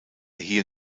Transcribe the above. hier